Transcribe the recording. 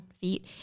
feet